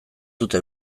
dute